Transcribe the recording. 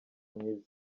mwiza